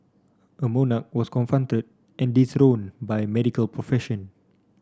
a monarch was confronted and dethroned by medical profession